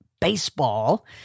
baseball